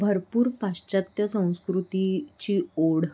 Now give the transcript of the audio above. भरपूर पाश्चात्त्य संस्कृतीची ओढ